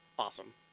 awesome